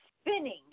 spinning